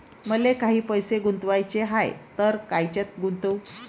मले काही पैसे गुंतवाचे हाय तर कायच्यात गुंतवू?